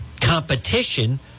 Competition